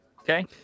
Okay